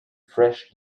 fresh